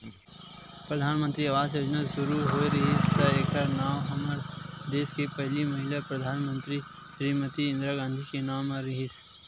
परधानमंतरी आवास योजना सुरू होए रिहिस त एखर नांव हमर देस के पहिली महिला परधानमंतरी श्रीमती इंदिरा गांधी के नांव म रिहिस